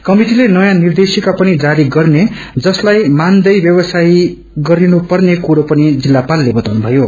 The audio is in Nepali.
कमिटिले नयाँ निर्देशिक्र पनि जारी गर्ने जसलाई मान्दै व्यवसाय गरिनु पर्ने कुरो पनि जिल्लापालले बताउनु भयो